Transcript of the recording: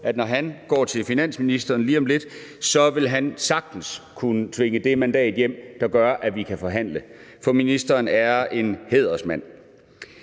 at når han går til finansministeren lige om lidt, vil han sagtens kunne klikke det mandat hjem, der gør, at vi kan forhandle – for ministeren er en hædersmand.